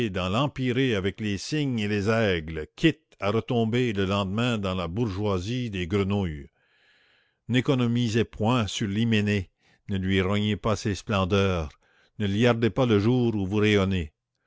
dans l'empyrée avec les cygnes et les aigles quitte à retomber le lendemain dans la bourgeoisie des grenouilles n'économisez point sur l'hyménée ne lui rognez pas ses splendeurs ne liardez pas le jour où vous rayonnez